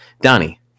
Donnie